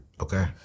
Okay